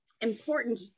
important